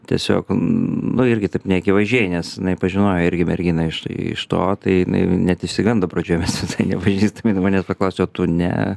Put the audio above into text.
tiesiog nu irgi taip neakivaizdžiai nes jinai pažinojo irgi merginą iš iš to tai jinai net išsigando pradžioj mes visai nepažįstami jinai manęs paklausė o tu ne